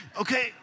Okay